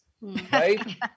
right